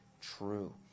true